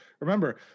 Remember